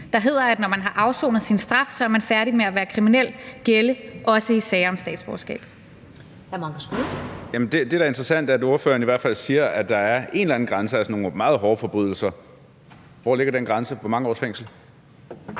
der handler om, at man, når man har afsonet sin straf, er færdig med at være kriminel, også gælde i sager om statsborgerskab.